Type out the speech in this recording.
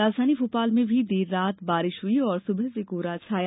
राजधानी भोपाल में भी देर रात बारिश हुई और सुबह से कोहरा छाया